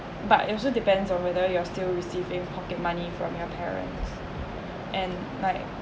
but it also depends on whether you are still to receive a pocket money from your parent and like